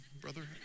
brother